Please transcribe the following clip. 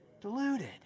Deluded